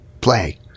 play